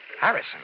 Harrison